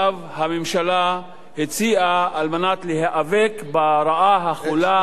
הממשלה הציעה על מנת להיאבק ברעה החולה.